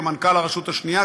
כמנכ"ל הרשות השנייה,